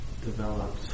developed